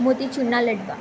મોતીચૂરના લાડવા